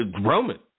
Roman